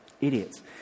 idiots